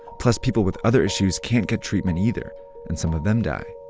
plus, people with other issues can't get treatment either and some of them die.